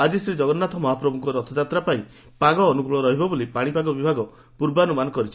ଆକି ଶ୍ରୀ ଜଗନ୍ନାଥ ମହାପ୍ରଭୁଙ୍କ ରଥଯାତ୍ରା ପାଇଁ ପାଗ ଅନୁକୂଳ ରହିବ ବୋଲି ପାଶିପାଗ ବିଭାଗ ପୂର୍ବାନୁମାନ କରିଛି